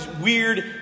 weird